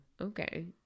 okay